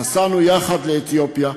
נסענו יחד לאתיופיה,